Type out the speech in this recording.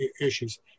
issues